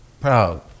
proud